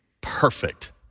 perfect